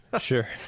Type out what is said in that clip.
Sure